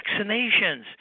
Vaccinations